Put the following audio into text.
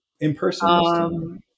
in-person